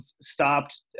stopped